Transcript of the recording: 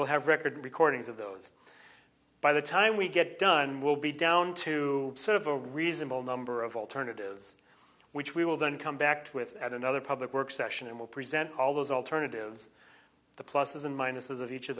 we'll have record recordings of those by the time we get done will be down to sort of a reasonable number of alternatives which we will then come back with at another public works session and we'll present all those alternatives the pluses and minuses of each of